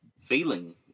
feeling